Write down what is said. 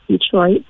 Detroit